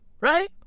right